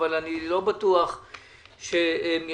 אבל אני לא בטוח שהם יסכימו,